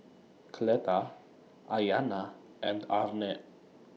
Cleta Ayana and Arne